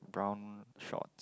brown short